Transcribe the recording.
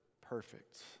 perfect